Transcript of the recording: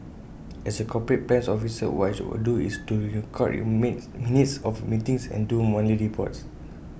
as A corporate plans officer what I would do is to record minutes of meetings and do monthly reports